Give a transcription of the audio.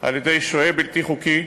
על-ידי שוהה בלתי חוקי.